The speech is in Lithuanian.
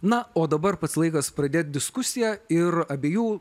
na o dabar pats laikas pradėt diskusiją ir abiejų